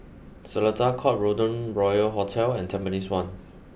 Seletar Court Golden Royal Hotel and Tampines one